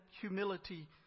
humility